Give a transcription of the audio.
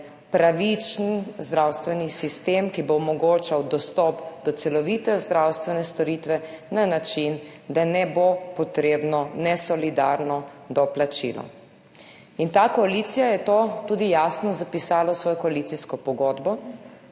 pravičen zdravstveni sistem, ki bo omogočal dostop do celovite zdravstvene storitve na način, da ne bo potrebno nesolidarno doplačilo. Ta koalicija je to tudi jasno zapisala v svojo koalicijsko pogodbo.